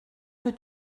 que